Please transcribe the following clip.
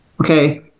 Okay